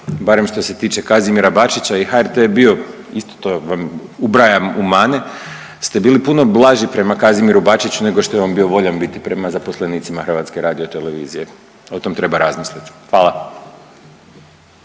barem što se tiče Kazimira Bačića i HRT je bio, isto to vam ubrajam u mane, ste bili puno blaži prema Kazimiru Bačiću nego što je on voljan biti prema zaposlenicima HRT-a, o tom treba razmisliti, hvala.